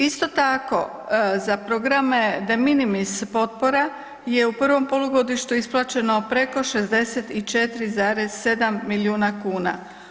Isto tako za programe de minimis potpora je u prvom polugodištu isplaćeno preko 64,7 milijuna kuna.